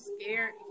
scared